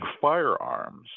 firearms